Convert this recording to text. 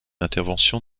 intervention